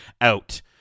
Out